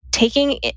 taking